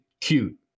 cute